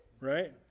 Right